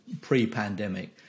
pre-pandemic